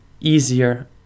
easier